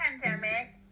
pandemic